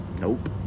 Nope